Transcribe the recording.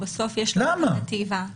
בסוף יש לו אלטרנטיבה.